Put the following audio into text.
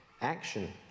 Action